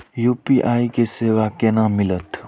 UPI के सेवा केना मिलत?